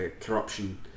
corruption